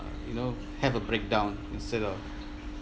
you know have a breakdown instead of